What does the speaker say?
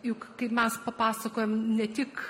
juk kaip mes papasakojam ne tik